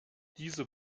dieser